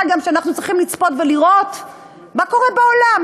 מה גם שאנחנו צריכים לצפות ולראות מה קורה בעולם,